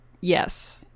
Yes